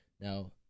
Now